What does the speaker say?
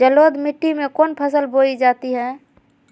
जलोढ़ मिट्टी में कौन फसल बोई जाती हैं?